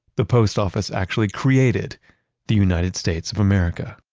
the post office actually created the united states of america